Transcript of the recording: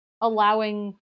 allowing